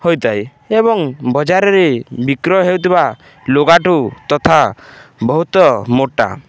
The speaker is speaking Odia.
ହୋଇଥାଏ ଏବଂ ବଜାରରେ ବିକ୍ରୟ ହେଉଥିବା ଲୁଗାଠୁ ତଥା ବହୁତ ମୋଟା